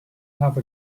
have